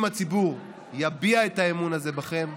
אם הציבור יביע את האמון הזה בכם,